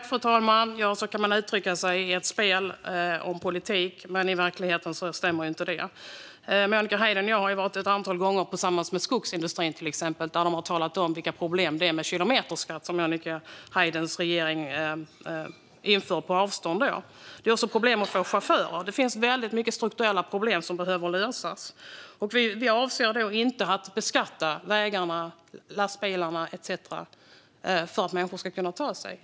Fru talman! Ja, så kan man uttrycka sig i ett spel om politik, men i verkligheten stämmer det inte. Monica Haider och jag har till exempel ett antal gånger träffat skogsindustrin, och de har talat om vilka problem de har med kilometerskatten, som Monica Haiders regering infört på avstånd. De har också problem med att hitta chaufförer. Det finns väldigt många strukturella problem som behöver lösas. Vi avser inte att beskatta vägar, lastbilar etcetera, för människor ska kunna ta sig fram.